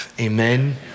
Amen